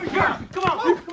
come on!